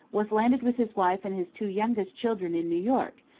was landed with his wife and his two youngest children in new york,